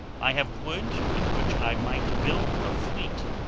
i have wood with which i might build a fleet,